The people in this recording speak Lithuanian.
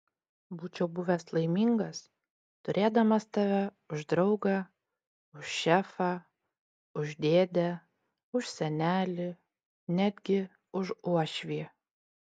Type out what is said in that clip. būčiau buvęs laimingas turėdamas tave už draugą už šefą už dėdę už senelį netgi už uošvį